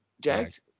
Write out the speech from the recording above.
Jags